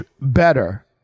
better